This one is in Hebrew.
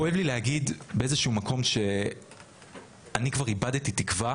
כואב לי להגיד באיזשהו מקום שאני כבר איבדתי תקווה